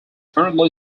currently